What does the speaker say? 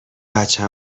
بچه